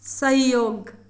सहयोग